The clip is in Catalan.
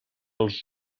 els